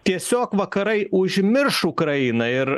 tiesiog vakarai užmirš ukrainą ir